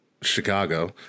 Chicago